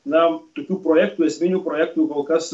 na tokių projektų esminių projektų kol kas